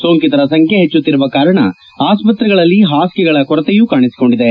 ಸೋಂಕಿತರ ಸಂಖ್ಯೆ ಹೆಚ್ಚುತ್ತಿರುವ ಕಾರಣ ಆಸ್ಪತ್ರೆಗಳಲ್ಲಿ ಹಾಸಿಗೆಗಳ ಕೊರತೆಯೂ ಕಾಣಿಸಿಕೊಂಡಿದೆ